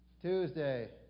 Tuesday